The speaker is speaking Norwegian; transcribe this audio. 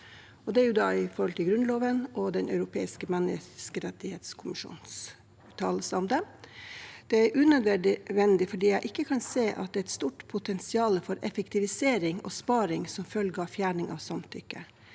sett opp mot Grunnloven og den europeiske menneskerettskonvensjonen. Det er unødvendig fordi jeg ikke kan se at det er et stort potensial for effektivisering og innsparing som følge av fjerning av samtykke.